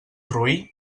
roí